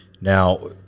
Now